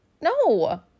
no